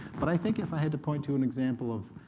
but i think if i had to point to an example of